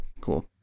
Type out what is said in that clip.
cool